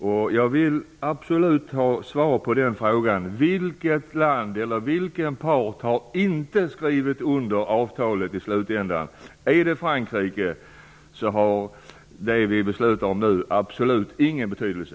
Och jag vill absolut ha svar på frågan: Vilka parter har inte skrivit under avtalet i slutändan? Är det Frankrike, så har det man beslutat om absolut ingen betydelse.